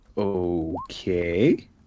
Okay